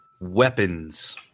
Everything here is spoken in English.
Weapons